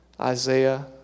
Isaiah